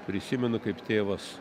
prisimenu kaip tėvas